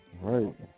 Right